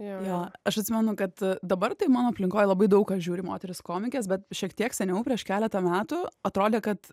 jo aš atsimenu kad dabar tai mano aplinkoj labai daug kas žiūri moteris komikes bet šiek tiek seniau prieš keletą metų atrodė kad